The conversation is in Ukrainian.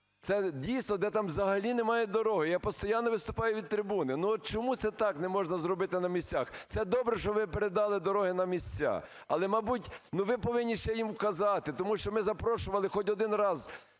це дійсно, де там взагалі немає дороги. Я постійно виступаю від трибуни. Ну, от чому це так не можна зробити на місцях? Це добре, що ви передали дороги на місця. Але, мабуть, ну, ви повинні ще їм казати, тому що ми запрошували хоч один раз